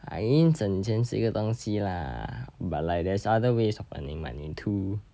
I 应挣钱是一个东西 lah but like there's other ways of earning money too